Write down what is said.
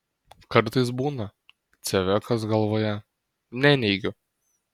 kartais būna cvekas galvoje neneigiu